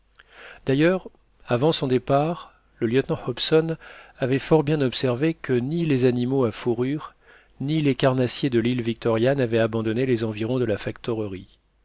d'ailleurs avant son départ le lieutenant hobson avait fort bien observé que ni les animaux à fourrures ni les carnassiers de l'île victoria n'avaient abandonné les environs de la